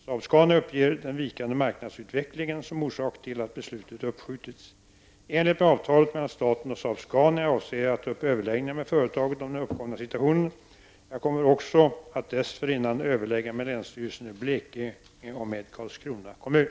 Saab-Scania uppger den vikande marknadsutvecklingen som orsak till att beslutet uppskjuts. Scania avser jag att ta upp överläggningar med företaget om den uppkomna situationen. Jag kommer också att dessförinnan överlägga med länsstyrelsen i Blekinge och med Karlskrona kommun.